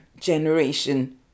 generation